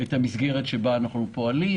את המסגרת שבה אנחנו פועלים,